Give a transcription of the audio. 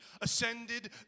ascended